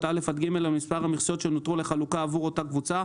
(א) עד (ג) על מספר המכסות שנותרו לחלוקה בעבור אותה קבוצה,